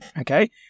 Okay